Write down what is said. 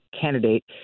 candidate